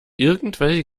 irgendwelche